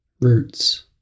Roots